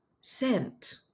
scent